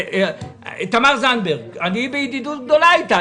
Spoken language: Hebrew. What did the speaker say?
תמר זנדברג, אני בידידות גדולה איתה.